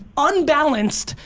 unbalanced,